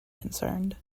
concerned